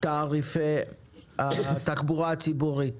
תעריפי התחבורה הציבורית.